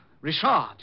Richard